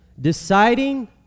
deciding